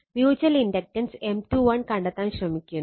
mutual inductance M21 കണ്ടെത്താൻ ശ്രമിക്കുന്നു